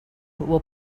were